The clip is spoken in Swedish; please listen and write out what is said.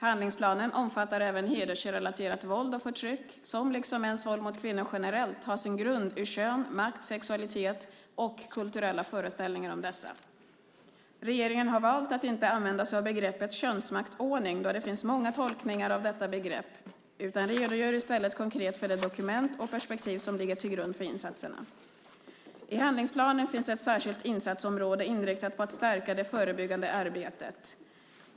Handlingsplanen omfattar även hedersrelaterat våld och förtryck som, liksom mäns våld mot kvinnor generellt, har sin grund i kön, makt, sexualitet och kulturella föreställningar om dessa. Regeringen har valt att inte använda sig av begreppet könsmaktsordning, då det finns många tolkningar av detta begrepp, utan redogör i stället konkret för de dokument och perspektiv som ligger till grund för insatserna. I handlingsplanen finns ett särskilt insatsområde inriktat på att stärka det förebyggande arbetet.